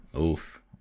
Oof